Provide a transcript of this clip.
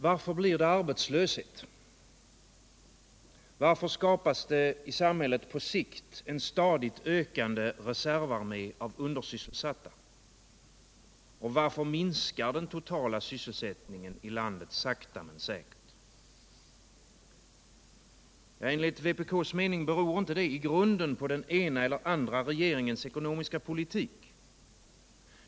Varför blir det arbetslöshet? Varför skapas det i samhället på sikt en stadigt ökande reservarmé av undersysselsatta? Varför minskar den totala sysselsättningen i landet sakta men säkert? Ja, enligt vpk:s mening beror detta inte i grunden på den ena eller andra regeringens ekonomiska politik.